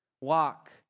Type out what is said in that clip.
walk